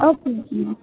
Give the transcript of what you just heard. okay ma'am